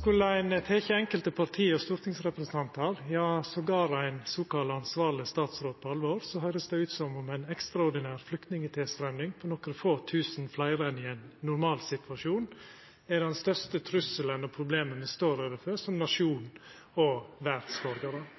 Skulle ein teke enkelte parti og stortingsrepresentantar, endåtil ein såkalla ansvarleg statsråd, på alvor, høyrest det ut som om ein ekstraordinær flyktningtilstrøyming på nokre få tusen fleire enn i ein normalsituasjon er den største trugselen og det største problemet me står overfor som nasjon og verdsborgarar.